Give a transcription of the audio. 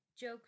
joke